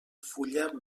fulla